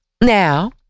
Now